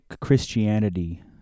Christianity